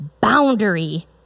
boundary